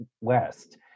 west